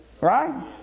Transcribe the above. Right